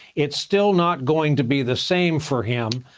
it's still not going to be the same for him.